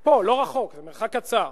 מפה, לא רחוק, זה מרחק קצר,